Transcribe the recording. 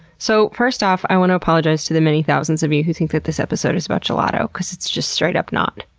so, first off, i want to apologize to the many thousands of you who think that this episode is about gelato. cuz it's just straight up not.